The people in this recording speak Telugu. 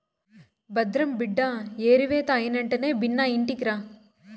భద్రం బిడ్డా ఏరివేత అయినెంటనే బిన్నా ఇంటికిరా